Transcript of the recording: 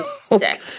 sick